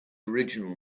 original